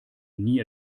nie